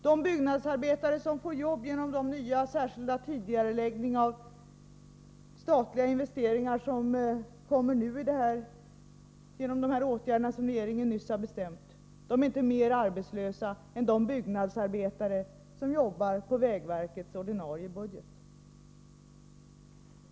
De byggnadsarbetare som får jobb genom de nya särskilda tidigareläggningar av statliga investeringar som kommer genom de åtgärder regeringen nyligen har bestämt är inte mera arbetslösa än de byggnadsarbetare som jobbar på vägverkets ordinarie budget.